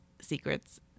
secrets